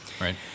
Right